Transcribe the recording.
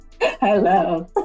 Hello